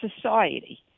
society